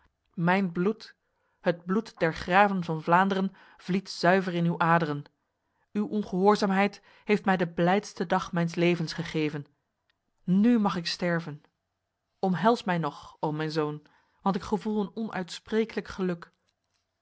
mijn bloed het bloed der graven van vlaanderen vliet zuiver in uw aderen uw ongehoorzaamheid heeft mij de blijdste dag mijns levens gegeven nu mag ik sterven omhels mij nog o mijn zoon want ik gevoel een onuitsprekelijk geluk